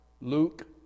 Luke